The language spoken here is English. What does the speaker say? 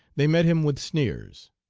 they met him with sneers.